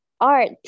art